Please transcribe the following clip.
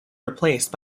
replaced